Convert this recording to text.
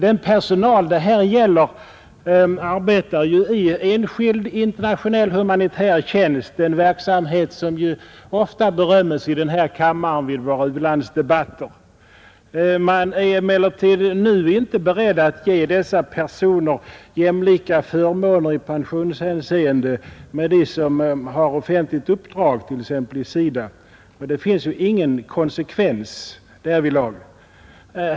Den personal det här gäller arbetar i enskild internationell humanitär tjänst, en verksamhet som ofta beröms i denna kammare vid våra u-landsdebatter. Man är emellertid i nuläget inte beredd att ge dessa personer i pensionshänseende jämlika förmåner i förhållande till dem som har offentligt uppdrag, t.ex. i SIDA. Det finns ingen konsekvens därvidlag.